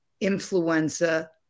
influenza